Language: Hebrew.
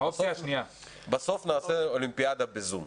בסוף נעשה אולימפיאדה בזום.